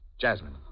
Jasmine